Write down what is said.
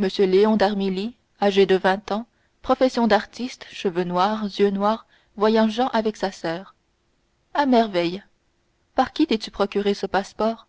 m léon d'armilly âgé de vingt ans profession d'artiste cheveux noirs yeux noirs voyageant avec sa soeur à merveille par qui t'es-tu procuré ce passeport